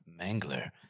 mangler